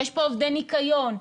יש פה עובדי ניקיון,